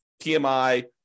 PMI